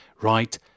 right